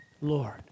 Lord